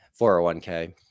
401k